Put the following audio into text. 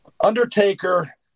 Undertaker